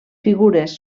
figures